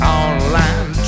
online